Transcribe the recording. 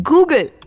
Google